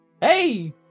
Hey